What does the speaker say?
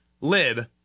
Lib